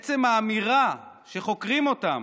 עצם האמירה שחוקרים אותם,